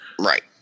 Right